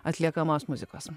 atliekamos muzikos